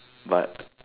but